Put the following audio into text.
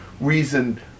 reason